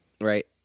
Right